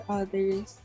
others